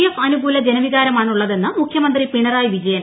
F അനുകൂല ജനവികാരമാണു ള്ളതെന്ന് മുഖ്യമന്ത്രി പിണറായി വിജയൻ